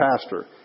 pastor